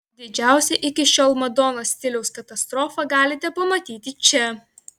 didžiausią iki šiol madonos stiliaus katastrofą galite pamatyti čia